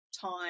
time